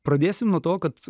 pradėsim nuo to kad